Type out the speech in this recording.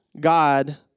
God